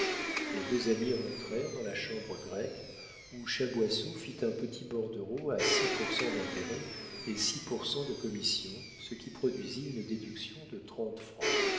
les deux amis rentrèrent dans la chambre grecque où chaboisseau fit un petit bordereau à six pour cent d'intérêt et six pour cent de commission ce qui produisit une déduction de trente francs